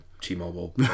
T-Mobile